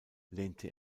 lehnte